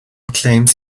claims